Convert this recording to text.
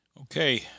Okay